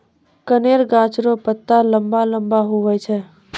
कनेर गाछ रो पत्ता लम्बा लम्बा हुवै छै